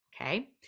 Okay